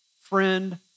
friend